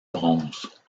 bronze